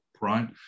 right